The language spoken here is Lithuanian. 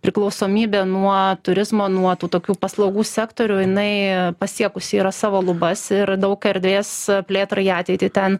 priklausomybė nuo turizmo nuo tų tokių paslaugų sektorių jinai pasiekusi yra savo lubas ir daug erdvės plėtrai į ateitį ten